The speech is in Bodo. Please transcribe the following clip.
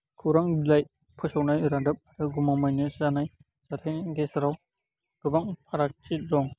खौरां बिलाइ फोसावनाय रादाब आरो गमामायैनो जानाय जाथाइनि गेजेराव गोबां फारागथि दं